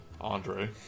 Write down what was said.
Andre